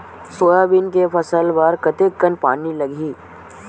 Soybean के फसल बर कतेक कन पानी लगही?